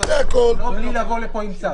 נכון, בלי לבוא לפה עם צו.